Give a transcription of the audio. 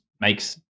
makes